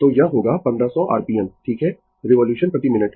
तो यह होगा 1500 r p m ठीक है रिवोल्यूशन प्रति मिनट